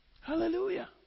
Hallelujah